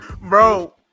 Bro